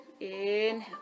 Inhale